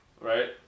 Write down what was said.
right